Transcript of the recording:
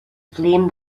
flame